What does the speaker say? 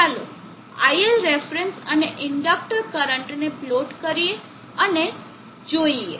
ચાલો ILref અને inductor કરંટને પ્લોટ કરીએ અને જોઈએ